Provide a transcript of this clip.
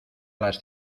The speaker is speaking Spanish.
las